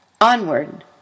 Onward